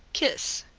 kiss,